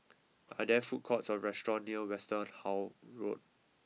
are there food courts or restaurants near Westerhout Road